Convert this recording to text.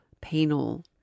penal